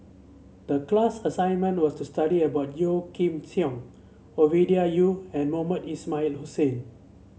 the class assignment was to study about Yeo Kim Seng Ovidia Yu and Mohamed Ismail Hussain